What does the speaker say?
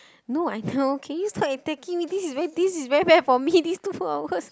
no I know can you stop attacking me this is very this is very bad for me these two hours